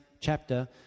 chapter